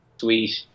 sweet